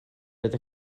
oedd